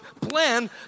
plan